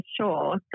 sure